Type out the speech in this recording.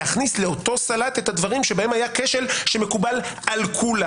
להכניס לאותו סלט את הדברים שבהם היה כשל שמקובל על כולם.